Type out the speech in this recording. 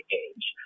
age